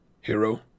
Hero